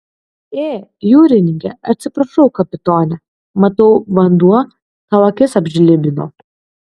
ė jūrininke atsiprašau kapitone matau vanduo tau akis apžlibino